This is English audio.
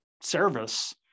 service